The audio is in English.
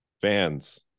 fans